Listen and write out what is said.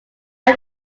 few